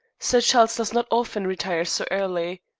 sir charles does not often retire so early.